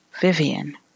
Vivian